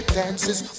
dances